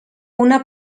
una